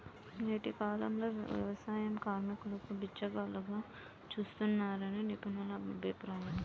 నేటి కాలంలో వ్యవసాయ కార్మికులను బిచ్చగాళ్లుగా చూస్తున్నారని నిపుణుల అభిప్రాయం